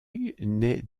nait